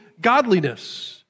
Godliness